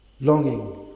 longing